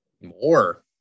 More